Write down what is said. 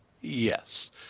yes